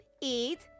eat